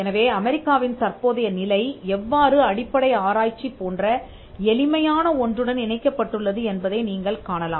எனவே அமெரிக்காவின் தற்போதைய நிலை எவ்வாறு அடிப்படை ஆராய்ச்சி போன்ற எளிமையான ஒன்றுடன் இணைக்கப்பட்டுள்ளது என்பதை நீங்கள் காணலாம்